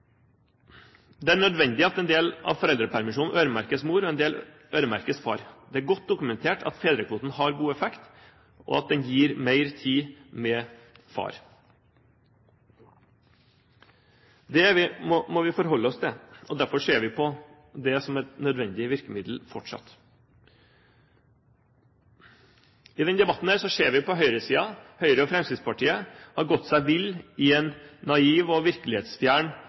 Det er nødvendig at en del av foreldrepermisjonen øremerkes mor, og at en del øremerkes far. Det er godt dokumentert at fedrekvoten har god effekt og gir mer tid med far. Det må vi forholde oss til. Derfor ser vi på det som et nødvendig virkemiddel fortsatt. I denne debatten ser vi at høyresiden, Høyre og Fremskrittspartiet, har gått seg vill i et naivt og